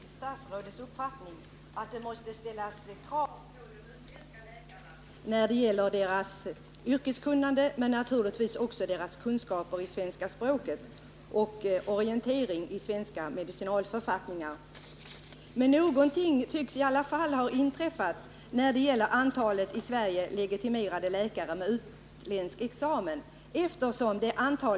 Herr talman! Jag delar helt statsrådets uppfattning, att det när det gäller de utländska läkarna måste ställas krav på deras yrkeskunnande och kunskaper i svenska språket, och naturligtvis måste krav också ställas i fråga om orientering i svenska medicinalförfattningar. Men faktum kvarstår att antalet i Sverige legitimerade läkare med utländsk examen har minskat.